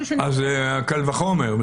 אז קל וחומר.